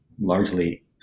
largely